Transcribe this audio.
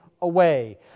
away